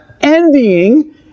envying